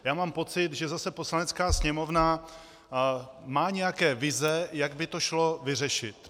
Já mám pocit, že zase Poslanecká sněmovna má nějaké vize, jak by to šlo vyřešit.